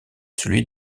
celui